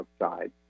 outside